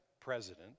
president